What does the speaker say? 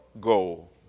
goal